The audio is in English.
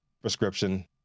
prescription